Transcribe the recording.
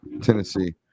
Tennessee